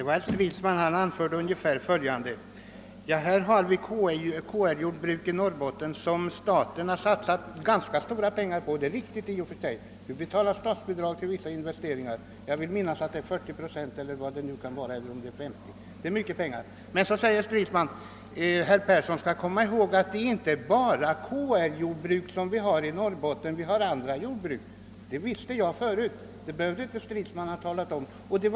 Herr talman! Herr Stridsman sade att vi i Norrland har KR-jordbruk som staten satsat ganska stora pengar på. Det är i och för sig riktigt. Vi betalar statsbidrag med 40 procent eller vad det nu kan vara på vissa investeringar. Herr Stridsman säger vidare att jag bör komma ihåg att man inte bara har KR-jordbruk i Norrland utan även andra jordbruk. Det visste jag förut; det behövde herr Stridsman inte tala om för mig.